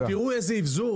אם תראו איזה אבזור